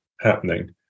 happening